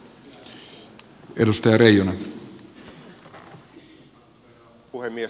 arvoisa herra puhemies